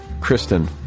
Kristen